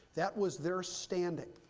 that was their standing.